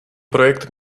projekt